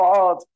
God